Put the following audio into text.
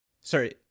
sorry